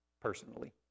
personally